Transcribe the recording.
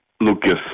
Lucas